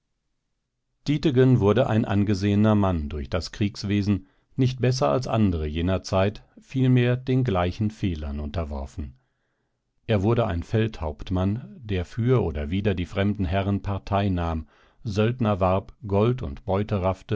dietegen wurde ein angesehener mann durch das kriegswesen nicht besser als andere jener zeit vielmehr den gleichen fehlern unterworfen er wurde ein feldhauptmann der für oder wider die fremden herren partei nahm söldner warb gold und beute